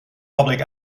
public